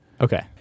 Okay